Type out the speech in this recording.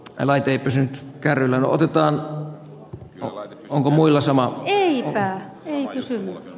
eläke pysyä kärryllä otetaan nolla sama juttu täällä ei olisi n